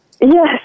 Yes